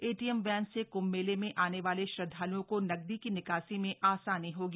ATM van से क्म्भ मेले में आने वाले श्रद्धालुओं को नकदी की निकासी में आसानी होगी